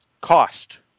cost